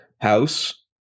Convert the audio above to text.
house